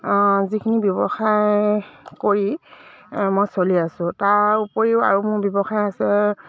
যিখিনি ব্যৱসায় কৰি মই চলি আছোঁ তাৰ উপৰিও আৰু মোৰ ব্যৱসায় আছে